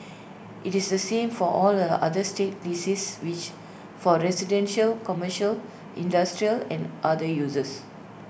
IT is the same for all the other state leases which for residential commercial industrial and other users